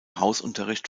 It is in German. hausunterricht